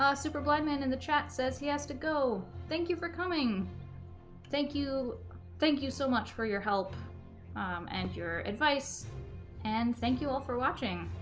ah super blind man in the chat says he has to go thank you for coming thank you thank you so much for your help and your advice and thank you all for watching